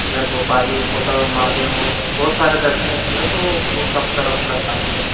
इधर भोपाली छोटा महादेव बहुत सारे दर्शन स्थल हैं तो वह सब तरफ़ करवाएँगे आपको